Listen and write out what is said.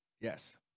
Yes